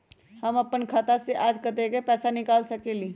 हम अपन खाता से आज कतेक पैसा निकाल सकेली?